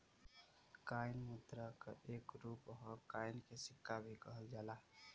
coin मुद्रा क एक रूप हौ कॉइन के सिक्का भी कहल जाला